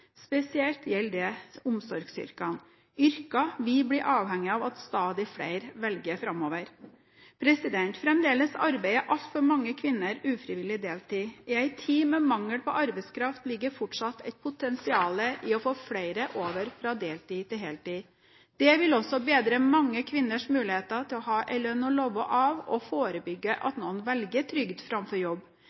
Spesielt gjelder dette omsorgsyrkene – yrker vi blir avhengig av at stadig flere velger framover. Fremdeles arbeider altfor mange kvinner ufrivillig deltid. I en tid med mangel på arbeidskraft ligger det fortsatt et potensial i å få flere kvinner over fra deltid til heltid. Det vil også bedre mange kvinners muligheter til å ha en lønn å leve av og forebygge at noen velger trygd framfor jobb.